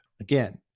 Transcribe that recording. Again